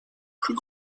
plus